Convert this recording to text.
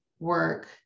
work